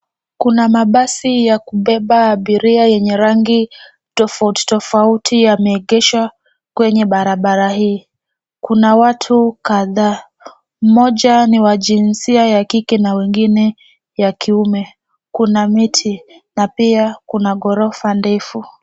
Kuna mabasi ya kubeba abiria yenye rangi tofauti tofauti yameegeshwa kwenye barabara hii. Kuna watu kadhaa, mmoja ni wa jinsia ya kike na mwingine ya kiume. Kuna miti na pia kuna ghorofa ndefu.